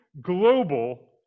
global